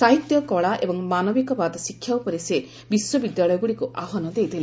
ସାହିତ୍ୟ କଳା ଏବଂ ମାନବିକବାଦ ଶିକ୍ଷା ଉପରେ ସେ ବିଶ୍ୱବିଦ୍ୟାଳୟଗୁଡ଼ିକୁ ଆହ୍ୱାନ ଦେଇଥିଲେ